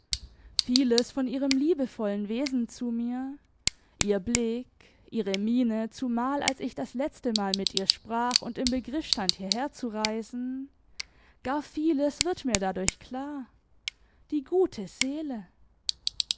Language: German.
vieles von ihrem liebevollen wesen zu mir ihr blick ihre miene zumal als ich das letztemal mit ihr sprach und im begriff stand hierher zu reisen gar vieles wird mir dadurch klar die gute seele